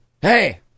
Hey